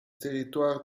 territoire